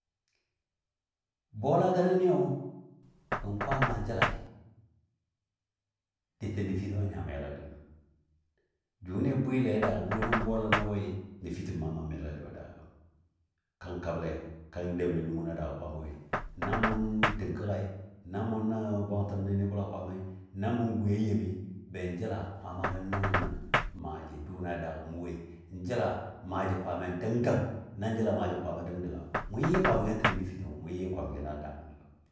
Bola gənɔ nɨyo gən Kwaamma jəlai dɨsɔ nəfitəmɔ a nya melalɨ nən jʊnɨ bwɨlɛ mʊ wo nan bola na wei nəfitəmo maa a nya melalɨ wo daagɔ gəm, kan kablɛ, kan demle nu munɔ a daagɔ Kwaama woi na mɔ ting kəggai, na mɔ nə bwangtəm Bʊla Kwaamai, na mɔ gwiya yemi ben jəla Kwaamagɔ nəngə nən maaji dʊun a daagɔ, n jəla maaji Kwaamai dəng dəng, nan jəla maaji Kwaamai dəng dəngiyo mʊ yɨ yɨ kwamigən təbə nəfitəmo, mo yɨ yɨ kwamigən a daa munɔ gəm.